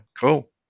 cool